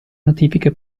notifiche